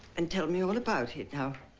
and tell me all about it.